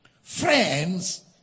Friends